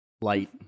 Light